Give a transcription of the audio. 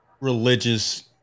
religious